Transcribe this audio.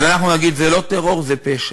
אז אנחנו נגיד: זה לא טרור, זה פשע.